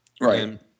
Right